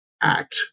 act